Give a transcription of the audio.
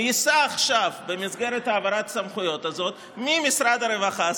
ייסע עכשיו במסגרת העברת הסמכויות הזו ממשרד הרווחה,